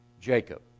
Jacob